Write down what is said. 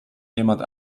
jemand